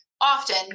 often